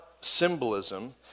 symbolism